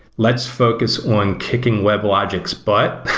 let's focus on taking web logic's but,